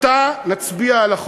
עתה נצביע על החוק,